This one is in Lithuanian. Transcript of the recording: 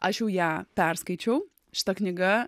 aš jau ją perskaičiau šita knyga